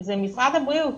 זה משרד הבריאות.